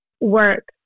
work